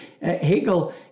Hegel